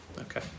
Okay